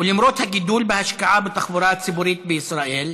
ולמרות הגידול בהשקעה בתחבורה הציבורית בישראל,